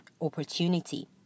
opportunity